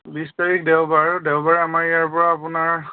বিছ তাৰিখ দেওবাৰ দেওবাৰে আমাৰ ইয়াৰ পৰা আপোনাৰ